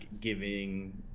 giving